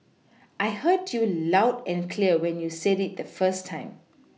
I heard you loud and clear when you said it the first time